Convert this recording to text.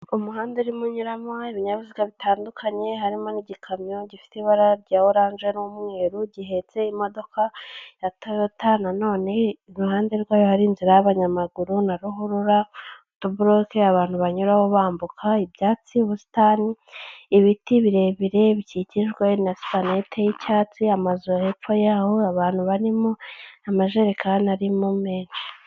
Umuhanda urimo unyuramo ibinyabiziga bitandukanye harimo n'igikamyo gifite ibara rya orange n'umweru gihetse imodoka ya tayota, na none iruhande rwayo hari inzira y'abanyamaguru na ruhurura, utu boroke abantu banyuraho bambuka, ibyatsi, ubusitani, ibiti, birebire bikikijwe na supanete y'icyatsi, amazu hepfo yaho abantu barimo amajerekani arimo menshi.